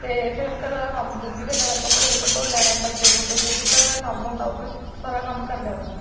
ते फिर घरा दा कम्म कुम्म बी करी लैनै कपड़े कुपड़े धोई लैने पर्दे पुर्दे बी घरै दा कम्म होंदा सारा कम्म करी लैना